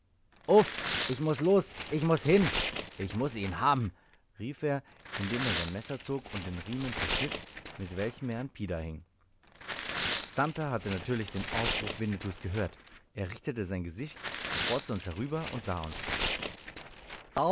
ich muß los ich muß hin muß ihn haben rief er indem er sein messer zog und den riemen zerschnitt mit welchem er an pida hing santer hatte natürlich den ausruf winnetous gehört er richtete sein gesicht sofort zu uns herüber und sah uns